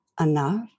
enough